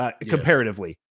comparatively